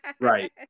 Right